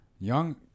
young